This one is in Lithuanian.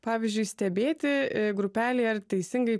pavyzdžiui stebėti grupelei ar teisingai